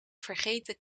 vergeten